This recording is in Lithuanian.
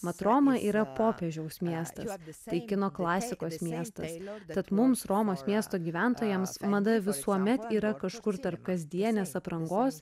mat roma yra popiežiaus miestas tai kino klasikos miestas tad mums romos miesto gyventojams mada visuomet yra kažkur tarp kasdienės aprangos